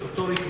סטטוטורית,